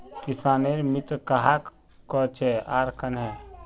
किसानेर मित्र कहाक कोहचे आर कन्हे?